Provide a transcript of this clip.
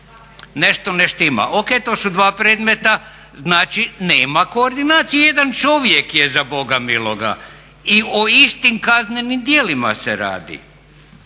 Nešto ne štima. Ok, to su dva predmeta, znači nema koordinacije, jedan čovjek je za Boga miloga i o istim kaznenim djelima se radi.